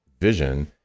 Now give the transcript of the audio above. vision